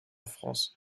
france